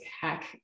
hack